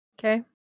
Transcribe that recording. Okay